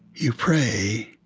you pray